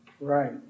Right